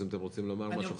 אז אם אתם רוצים לומר משהו,